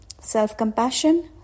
self-compassion